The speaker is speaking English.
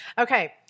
Okay